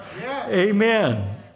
Amen